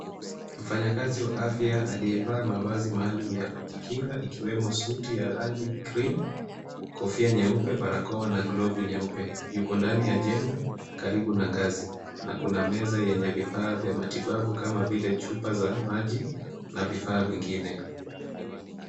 Mfanyikazi wa afya aliyevaa mavazi maalum ya kujikinga ikiwemo suti ya rangi ya cream ,kofia nyeupe, barakoa na glovu nyeupe. Yuko ndani ya jengo karibu na ngazi. Na kuna meza yenye vifaa vya matibabu kama vile chupa za maji na vifaa vingine.